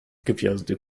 gwiazdy